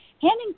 Handing